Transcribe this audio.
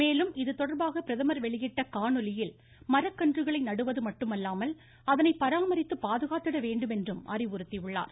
மேலும் இது தொடர்பாக பிரதமர் வெளியிட்ட காணொலியில் மரக்கன்றுகளை நடுவது மட்டுமல்லாமல் அதனை பராமரித்து பாதுகாத்திட வேண்டுமென்றும் அறிவுறுத்தியுள்ளார்